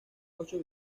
ocho